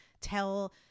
tell